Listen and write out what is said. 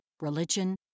religion